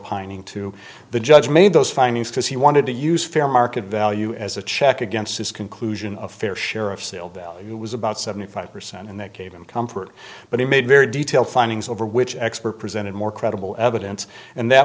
pining to the judge made those findings because he wanted to use fair market value as a check against his conclusion of fair share of sale value was about seventy five percent and that gave him comfort but he made very detailed findings over which expert presented more credible evidence and that